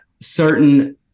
certain